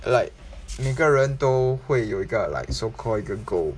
like 每个人都会有一个 like so called 一个 goal